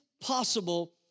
possible